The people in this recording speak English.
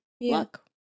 luck